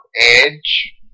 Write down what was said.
edge